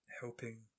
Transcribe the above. helping